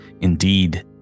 Indeed